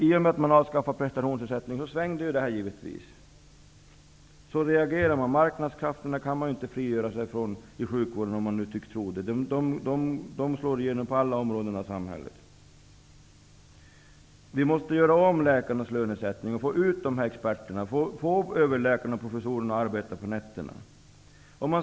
I och med att prestationsersättningen avskaffades svängde det givetvis. Man kan inte frigöra sig från marknadsekonomin i sjukvården, om någon nu tror det. Den slår igenom på alla områden i samhället. Vi måste göra om lönesättningen för läkarna för att få dessa experter, överläkarna och professorerna, att arbeta på nätterna.